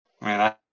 Man